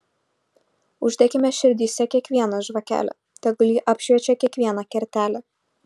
uždekime širdyse kiekvieną žvakelę tegul ji apšviečia kiekvieną kertelę